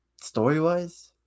story-wise